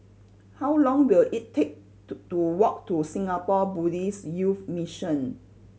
how long will it take to to walk to Singapore Buddhist Youth Mission